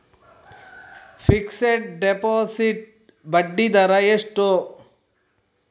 Fixed deposit ಬಡ್ಡಿ ದರ ಎಷ್ಟು?